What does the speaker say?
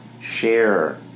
share